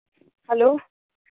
hello